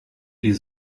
die